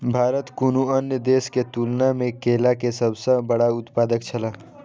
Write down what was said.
भारत कुनू अन्य देश के तुलना में केला के सब सॉ बड़ा उत्पादक छला